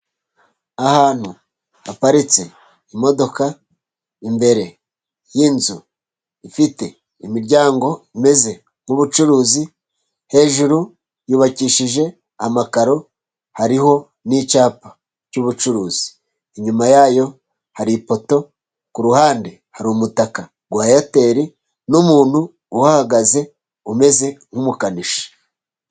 Ahantu haparitse imodoka, imbere yinzu ifite imiryango imezeze nk'ubucuruzi, hejuru yubakishije amakaro, hariho n'icyapa cy'ubucuruzi. Inyuma yayo hari ipoto, kuruhande hari umutaka wa eyateli, n'umuntu uhagaze, umeze nk'umukanishi.